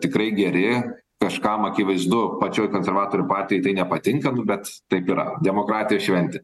tikrai geri kažkam akivaizdu pačioj konservatorių partijoj tai nepatinka nu bet taip yra demokratijos šventė